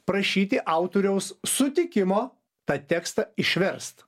prašyti autoriaus sutikimo tą tekstą išverst